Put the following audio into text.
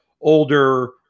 older